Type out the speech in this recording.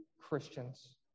Christians